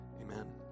amen